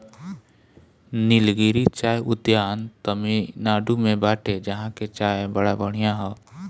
निलगिरी चाय उद्यान तमिनाडु में बाटे जहां के चाय बड़ा बढ़िया हअ